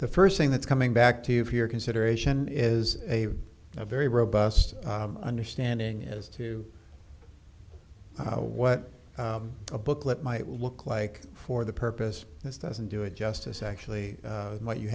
the first thing that's coming back to you for your consideration is a very robust understanding as to what a booklet might look like for the purpose this doesn't do it justice actually what you